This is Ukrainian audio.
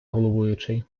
головуючий